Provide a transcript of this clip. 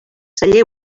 celler